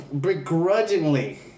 begrudgingly